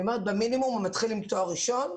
במינימום הוא מתחיל עם תואר ראשון,